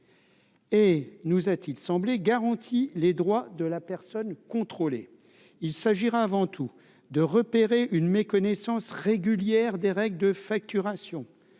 et nous a-t-il semblé garantit les droits de la personne contrôlée, il s'agira avant tout de repérer une méconnaissance régulière des règles de facturation